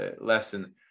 lesson